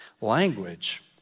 language